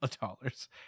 dollars